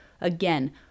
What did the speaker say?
again